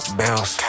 bills